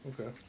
Okay